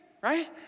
right